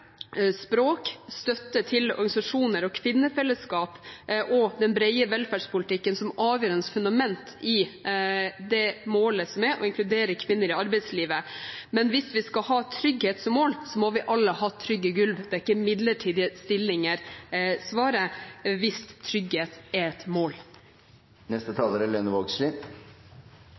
språk, støtte til organisasjoner og kvinnefellesskap og den brede velferdspolitikken som et avgjørende fundament i målet om å inkludere kvinner i arbeidslivet. Men hvis vi skal ha trygghet som mål, må vi alle ha trygge gulv. Midlertidige stillinger er ikke svaret hvis trygghet er et mål.